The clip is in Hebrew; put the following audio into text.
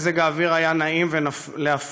מזג האוויר היה נעים להפליא.